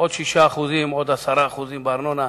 עוד 6%, עוד 10% בארנונה.